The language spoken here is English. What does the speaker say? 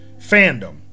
fandom